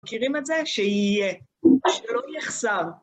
מכירים את זה? שיהיה, שלא יהיה חסר.